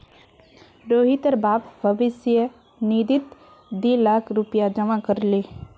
रोहितेर बाप भविष्य निधित दी लाख रुपया जमा कर ले